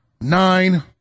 nine